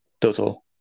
total